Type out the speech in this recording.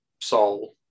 soul